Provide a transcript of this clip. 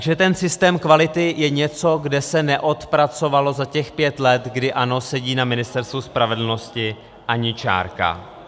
Takže ten systém kvality je něco, kde se neodpracovala z těch pět let, kdy ANO sedí na Ministerstvu spravedlnosti, ani čárka.